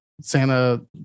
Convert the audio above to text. Santa